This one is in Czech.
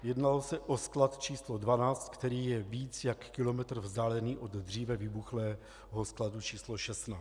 Jednalo se o sklad č. 12, který je více jak kilometr vzdálený od dříve vybuchlého skladu č. 16.